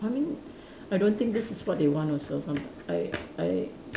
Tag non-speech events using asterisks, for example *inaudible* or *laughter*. I mean *breath* I don't think this is what they want also so I'm like *noise* I I